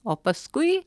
o paskui